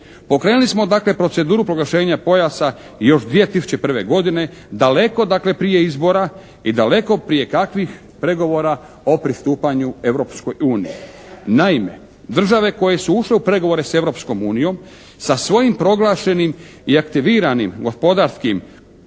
Pokrenuli smo dakle proceduru proglašenja pojasa još 2001. godine, daleko dakle prije izbora i daleko prije kakvih pregovora o pristupanju Europskoj uniji. Naime, države koje su ušle u pregovore s Europskom unijom sa svojim proglašenim i aktiviranim gospodarskim ili